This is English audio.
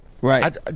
Right